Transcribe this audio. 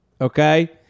Okay